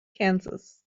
kansas